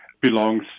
belongs